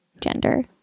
gender